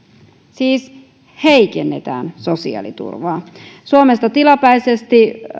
siis heikennetään sosiaaliturvaa suomesta tilapäisesti